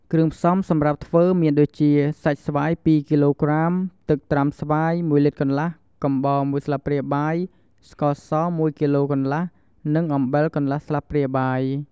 គ្រឿងផ្សំសម្រាប់ធ្វើមានដូចជា សាច់ស្វាយ ២គីឡូក្រាម ទឹកត្រាំស្វាយ ១លីត្រកន្លះ កំបោរ ១ស្លាបព្រាបាយ ស្ករស ១គីឡូកន្លះ និងអំបិលកន្លះស្លាបព្រាបាយ។